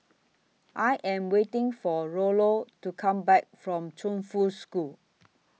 I Am waiting For Rollo to Come Back from Chongfu School